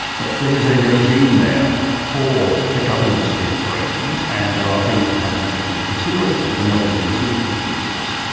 but there is a regime there for the governance of these operations, and there are things that have to be taken into consideration. consideration. the level of intrusion, for instance,